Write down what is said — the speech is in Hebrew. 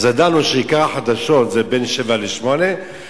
אז ידענו שעיקר החדשות זה בין 07:00 ל-08:00